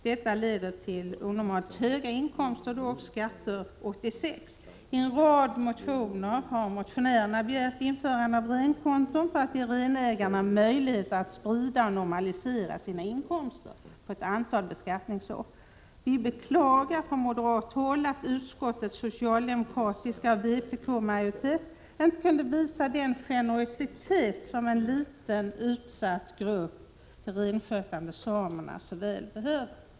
Detta leder till onormalt höga inkomster och skatter för 1986/87. I en rad motioner har motionärerna begärt införande av renkonton för att ge renägarna möjligheter att sprida — och normalisera — sina inkomster på ett antal beskattningsår. Vi beklagar från moderat håll att utskottets majoritet av socialdemokrater och vpk-are inte kunde visa den generositet som en liten, utsatt grupp — de renskötande samerna — så väl behöver.